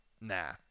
nah